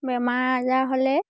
বেমাৰ আজাৰ হ'লে